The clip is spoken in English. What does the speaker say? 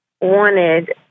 wanted